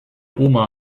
oma